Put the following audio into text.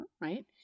Right